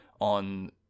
on